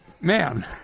man